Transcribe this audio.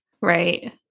Right